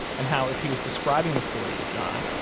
and how as he was describing the story to john,